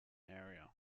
area